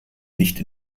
nicht